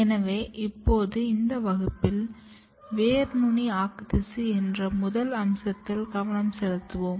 எனவே இப்போது இந்த வகுப்பில் வேர் நுனி ஆக்குத்திசு என்ற முதல் அம்சத்தில் கவனம் செலுத்துவோம்